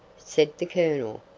said the colonel,